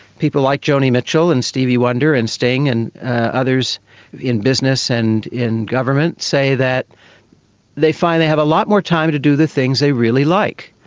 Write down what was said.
people like joni mitchell and stevie wonder and sting and others in business and in government say that they find they have a lot more time to do the things they really like,